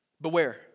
beware